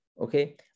okay